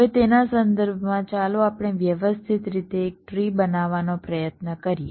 હવે તેના સંદર્ભમાં ચાલો આપણે વ્યવસ્થિત રીતે એક ટ્રી બનાવવાનો પ્રયત્ન કરીએ